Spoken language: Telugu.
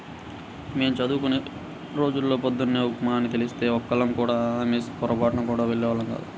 మేం చదువుకునే రోజుల్లో పొద్దున్న ఉప్మా అని తెలిస్తే ఒక్కళ్ళం కూడా మెస్ కి పొరబాటున గూడా వెళ్ళేవాళ్ళం గాదు